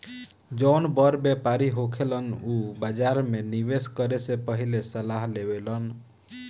जौन बड़ व्यापारी होखेलन उ बाजार में निवेस करे से पहिले सलाह लेवेलन